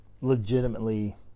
legitimately